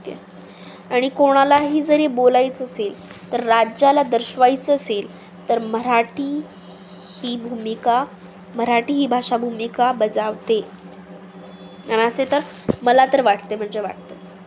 ठीक आहे आणि कोणालाही जरी बोलायचं असेल तर राज्याला दर्शवायचं असेल तर मराठी ही भूमिका मराठी ही भाषा भूमिका बजावते आणि असे तर मला तर वाटते म्हणजे वाटतेचं